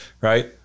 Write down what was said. right